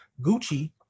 Gucci